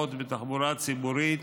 הסעות בתחבורה ציבורית